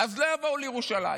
אז לא יבואו לירושלים.